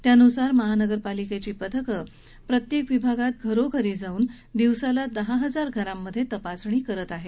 यानुसार महापालिकेची पथकं प्रत्येक विभागात घरोघरी जाऊन दिवसाला दहा हजार घरांमधे तपासणी करणार आहेत